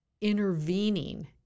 intervening